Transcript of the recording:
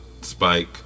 spike